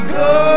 go